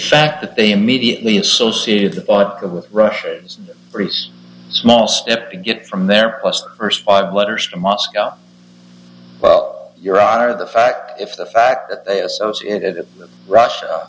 fact that they immediately associated with russia's priest small step to get from there plus the first five letters to moscow well your honor the fact if the fact that they associate it with russia